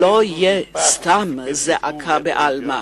לא תהיה סתם זעקה בעלמא,